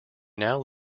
now